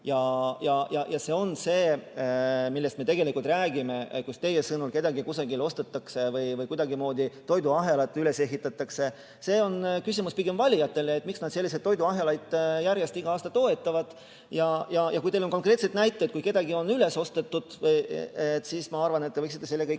Ja see on see, millest me tegelikult räägime, kus teie sõnul kedagi kusagil ostetakse või kuidagimoodi toiduahelaid üles ehitatakse. See on pigem küsimus valijatele, miks nad selliseid toiduahelaid järjest igal aastal toetavad. Ja kui teil on konkreetseid näiteid sellest, kuidas kedagi on üles ostetud, siis ma arvan, et te ei